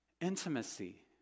intimacy